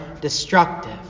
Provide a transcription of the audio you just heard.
destructive